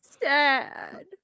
Sad